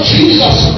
Jesus